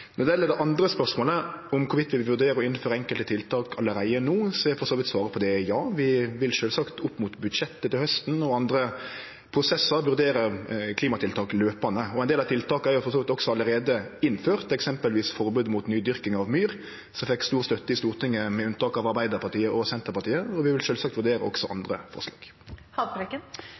Når det gjeld det andre spørsmålet, om vi vil vurdere å innføre enkelte tiltak allereie no, er for så vidt svaret på det ja. Vi vil sjølvsagt opp mot budsjettet til hausten og i andre prosessar vurdere klimatiltak løpande. Ein del av tiltaka er for så vidt også allereie innførte, f.eks. forbodet mot nydyrking av myr, som fekk stor støtte i Stortinget, med unntak av Arbeidarpartiet og Senterpartiet. Vi vil sjølvsagt vurdere også andre